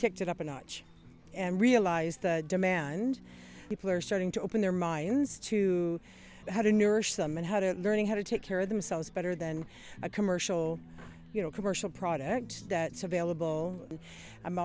kicked it up a notch and realize the demand people are starting to open their minds to how to nourish them and how to learning how to take care of themselves better than a commercial you know commercial product that